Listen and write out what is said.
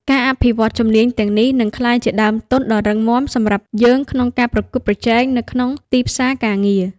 ការអភិវឌ្ឍជំនាញទាំងនេះ នឹងក្លាយជាដើមទុនដ៏រឹងមាំសម្រាប់យើងក្នុងការប្រកួតប្រជែងនៅក្នុងទីផ្សារការងារ។